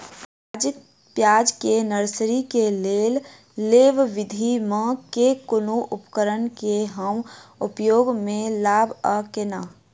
प्याज केँ नर्सरी केँ लेल लेव विधि म केँ कुन उपकरण केँ हम उपयोग म लाब आ केना?